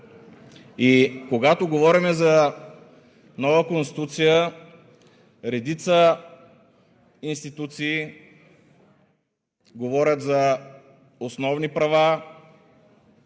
И когато говорим за нова Конституция, редица институции говорят за основни права,